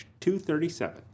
237